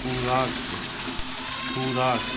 खुराक खुराक